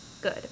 good